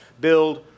build